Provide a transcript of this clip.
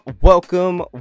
welcome